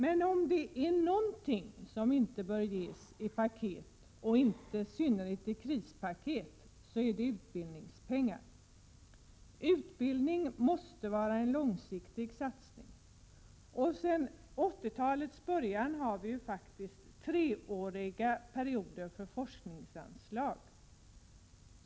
Men om det är någonting som inte bör ges i paket, i synnerhet inte i krispaket, är det utbildningspengar. Utbildning måste vara en långsiktig satsning, och sedan 80-talets början har vi faktiskt treåriga perioder för Prot. 1987/88:132 forskningsanslag.